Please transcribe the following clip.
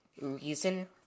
Reason